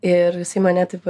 ir visi į mane taip